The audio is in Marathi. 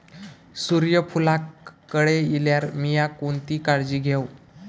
सूर्यफूलाक कळे इल्यार मीया कोणती काळजी घेव?